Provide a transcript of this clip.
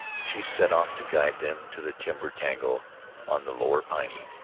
she set off to guide them to the timber-tangle on the lower piney.